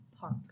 park